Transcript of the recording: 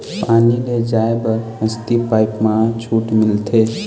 पानी ले जाय बर हसती पाइप मा छूट मिलथे?